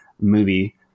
movie